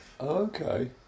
okay